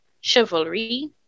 chivalry